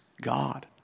God